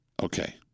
Okay